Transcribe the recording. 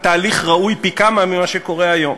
בתהליך ראוי פי-כמה ממה שקורה היום.